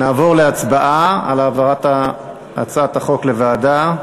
נעבור להצבעה על העברת הצעת החוק לוועדה.